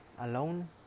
alone